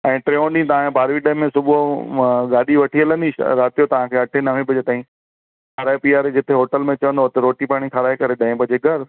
ऐं टियों ॾींहुं तव्हां खे बारवी डेम में सुबुहु आहे गाॾी वठी हलंदी राति जो तव्हां खे अठें नवें बजे ताईं खाराइ पियाराइ जिते होटल में चवंदव रोटी पाणी खाराइ करे ॾहें बजे घरु